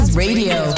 radio